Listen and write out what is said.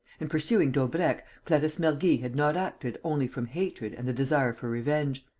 in pursuing daubrecq, clarisse mergy had not acted only from hatred and the desire for revenge.